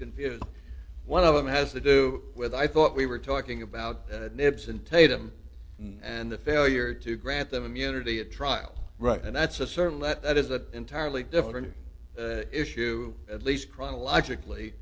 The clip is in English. confused one of them has to do with i thought we were talking about nibs and tatum and the failure to grant them immunity at trial right and that's a certain let that is an entirely different issue at least chronologically